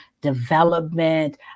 development